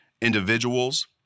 individuals